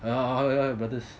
how how how how are your brothers